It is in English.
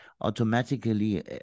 automatically